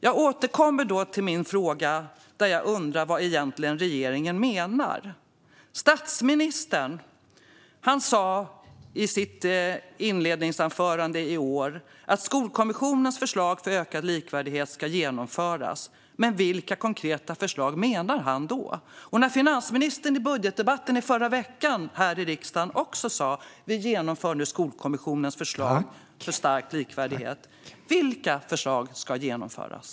Jag återkommer då till min fråga, där jag undrar vad regeringen egentligen menar. Statsministern sa i regeringsförklaringen att Skolkommissionens förslag för ökad likvärdighet ska genomföras. Men vilka konkreta förslag menade han då? I budgetdebatten här i riksdagen i förra veckan sa också finansministern att man nu genomför Skolkommissionens förslag för stark likvärdighet. Vilka förslag ska genomföras?